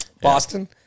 Boston